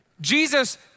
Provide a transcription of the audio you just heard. Jesus